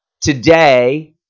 today